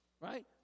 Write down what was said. Right